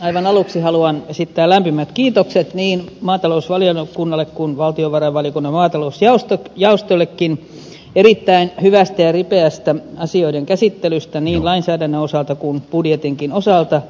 aivan aluksi haluan esittää lämpimät kiitokset niin maatalousvaliokunnalle kuin valtiovarainvaliokunnan maatalousjaostollekin erittäin hyvästä ja ripeästä asioiden käsittelystä niin lainsäädännön osalta kuin budjetinkin osalta